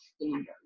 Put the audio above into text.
standards